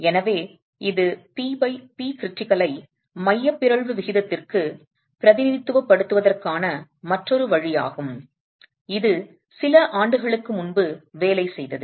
எனவே இது PPcritical ஐ மைய பிறழ்வு விகிதத்திற்கு பிரதிநிதித்துவப்படுத்துவதற்கான மற்றொரு வழியாகும் இது சில ஆண்டுகளுக்கு முன்பு வேலை செய்தது